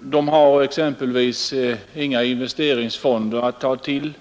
De har exempelvis inga investeringsfonder att ta till.